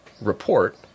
report